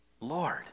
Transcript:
Lord